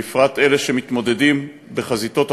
בפרט אלה שמתמודדים בחזיתות הטרור,